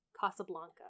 Casablanca